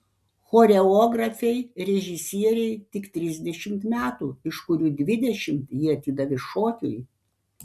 choreografei režisierei tik trisdešimt metų iš kurių dvidešimt ji atidavė šokiui